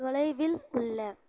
தொலைவில் உள்ள